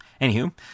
Anywho